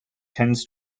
tends